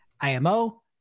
IMO